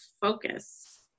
focus